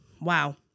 Wow